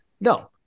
No